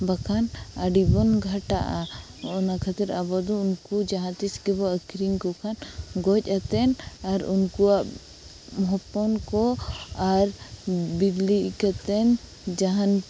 ᱵᱟᱠᱷᱟᱱ ᱟᱹᱰᱤ ᱵᱚᱱ ᱜᱷᱟᱴᱟᱜᱼᱟ ᱚᱱᱟ ᱠᱷᱟᱛᱤᱨ ᱟᱵᱚ ᱫᱚ ᱩᱱᱠᱩ ᱡᱟᱦᱟᱸ ᱛᱤᱥᱜᱮᱵᱚ ᱟᱹᱠᱷᱨᱤᱧ ᱠᱚ ᱠᱷᱟᱱ ᱜᱚᱡ ᱟᱛᱮᱱ ᱟᱨ ᱩᱱᱠᱩᱣᱟᱜ ᱦᱚᱯᱚᱱ ᱠᱚ ᱟᱨ ᱵᱤᱞᱤ ᱠᱟᱛᱮᱱ ᱡᱟᱦᱟᱱ